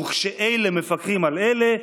וכשאלה מפקחים על אלה,